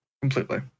completely